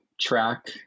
track